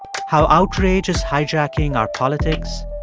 how outrage is hijacking our politics,